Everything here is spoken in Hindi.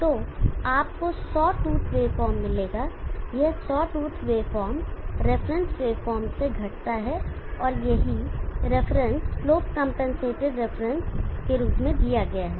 तो आपको सॉ टूथ वेवफॉर्म मिलेगा यह saw tooth waveform reference waveform से घटता है और यही रेफरेंस स्लोप कंपनसेटेड रिफरेंस के रूप में दिया गया है